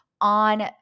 on